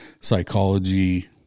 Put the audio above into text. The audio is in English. psychology